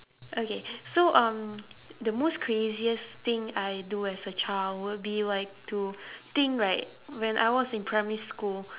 okay so um the most craziest thing I do as a child will be like to think right when I was in primary school